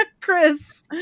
Chris